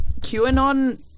QAnon